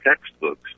textbooks